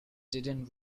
didn’t